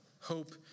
Hope